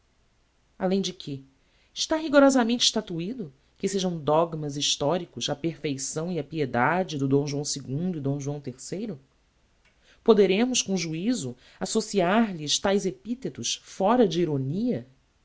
além de quê está rigosamente estatuido que sejam dogmas historicos a perfeição e a piedade do d joão ii e d joão iii poderemos com juizo associar lhes taes epithetos fóra de ironia